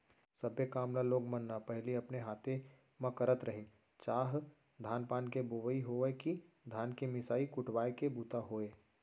सब्बे काम ल लोग मन न पहिली अपने हाथे म करत रहिन चाह धान पान के बोवई होवय कि धान के मिसाय कुटवाय के बूता होय